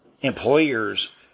employers